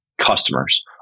customers